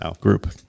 group